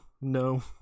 no